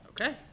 Okay